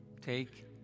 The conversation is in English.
take